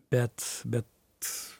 bet bet